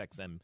XM